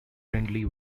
friendly